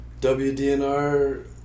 WDNR